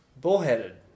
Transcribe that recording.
bullheaded